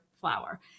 flour